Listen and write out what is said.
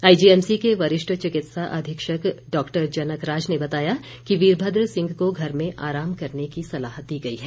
IGMC के वरिष्ठ चिकित्सा अधीक्षक डॉक्टर जनक राज ने बताया कि वीरभद्र सिंह को घर में आराम करने की सलाह दी गई है